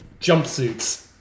jumpsuits